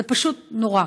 זה פשוט נורא.